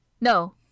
No